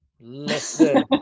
Listen